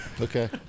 Okay